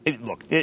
look